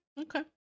okay